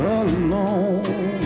alone